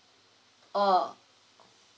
oh